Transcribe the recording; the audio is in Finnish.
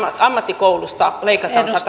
ammattikouluista